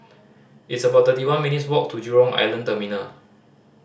it's about thirty one minutes' walk to Jurong Island Terminal